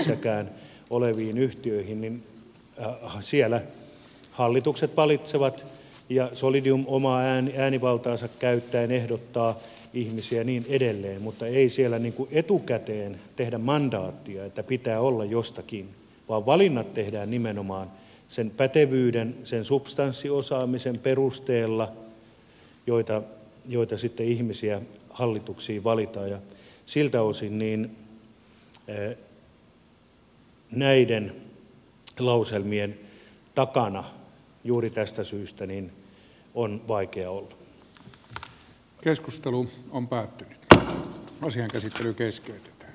nykyään oleviin omistajaohjauksen piirissäkin olevissa yhtiöissä hallitukset valitsevat ja solidium omaa äänivaltaansa käyttäen ehdottaa ihmisiä ja niin edelleen mutta ei siellä etukäteen tehdä mandaattia että pitää olla jostakin vaan valinnat tehdään nimenomaan sen pätevyyden sen substanssiosaamisen perusteella jolla sitten ihmisiä hallituksiin valitaan ja siltä osin näiden lauselmien takana juuri tästä syystä on vaikea olla